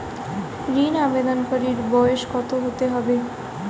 ঋন আবেদনকারী বয়স কত হতে হবে?